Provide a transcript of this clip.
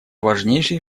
важнейшие